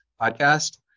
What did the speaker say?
podcast